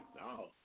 No